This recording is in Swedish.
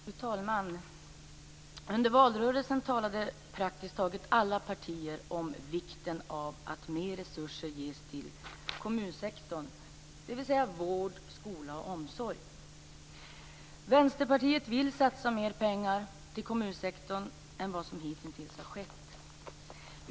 Fru talman! Under valrörelsen talade praktiskt taget alla partier om vikten av att mer resurser ges till kommunsektorn, dvs. vård, skola och omsorg. Vänsterpartiet vill satsa mer pengar till kommunsektorn än vad som hitintills skett.